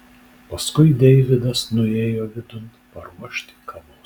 paskui deividas nuėjo vidun paruošti kavos